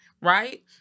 right